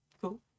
cool